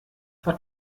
war